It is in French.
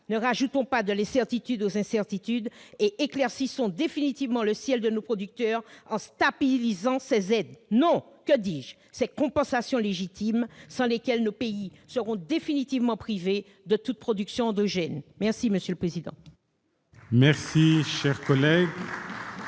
n'ajoutons pas de l'incertitude aux incertitudes et éclaircissons définitivement le ciel de nos producteurs en stabilisant ces aides, non, que dis-je, cette compensation légitime sans laquelle nos pays seront définitivement privés de toute production endogène ! Très bien ! Je mets